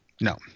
No